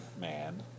man